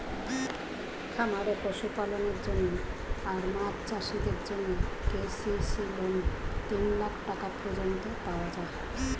খামারে পশুপালনের জন্য আর মাছ চাষিদের জন্যে কে.সি.সি লোন তিন লাখ টাকা পর্যন্ত পাওয়া যায়